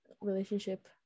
relationship